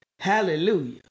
Hallelujah